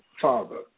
father